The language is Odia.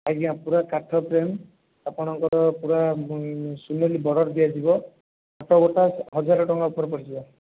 ଆଜ୍ଞା ପୁରା କାଠ ଫ୍ରେମ୍ ଆପଣଙ୍କର ପୁରା ସୁନେଲି ବର୍ଡ଼ର୍ ଦିଆଯିବ ଗୋଟା ହଜାର ଟଙ୍କା ଉପରେ ପଡ଼ିଯିବ